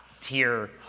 tier